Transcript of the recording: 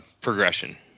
progression